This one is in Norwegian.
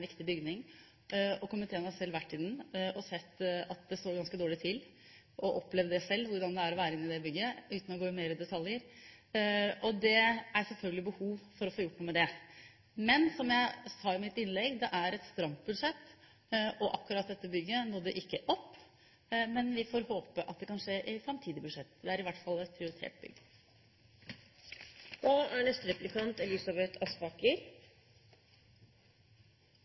viktig bygning. Komiteen har selv vært i den og sett at det står ganske dårlig til, har opplevd selv hvordan det er å være i det bygget – uten at jeg skal gå mer i detaljer. Det er selvfølgelig behov for å få gjort noe med det, men, som jeg sa i mitt innlegg, det er et stramt budsjett, og akkurat dette bygget nådde ikke opp. Vi får håpe at det kan skje i et framtidig budsjett. Det er i hvert fall et prioritert